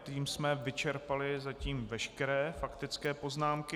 Tím jsme vyčerpali zatím veškeré faktické poznámky.